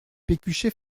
pécuchet